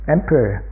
Emperor